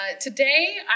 today